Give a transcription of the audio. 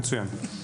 מצוין,